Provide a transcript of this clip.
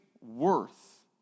worth